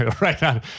Right